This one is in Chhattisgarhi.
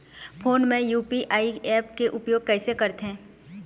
फोन मे यू.पी.आई ऐप के उपयोग कइसे करथे?